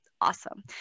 awesome